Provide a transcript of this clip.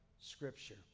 Scripture